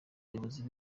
bayobozi